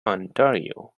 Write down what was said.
ontario